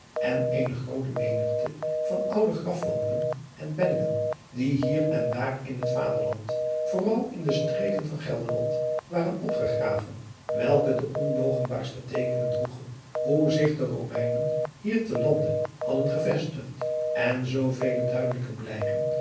en eene groote menigte van oude graflampen en penningen die hier en daar in het vaderland vooral in de streken van gelderland waren opgegraven welke de onloochenbaarste teekens droegen hoe zich de romeinen hier te lande hadden gevestigd en zoovele duidelijke blijken